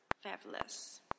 fabulous